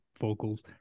vocals